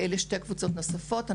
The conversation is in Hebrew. אלה שתי קבוצות נוספות.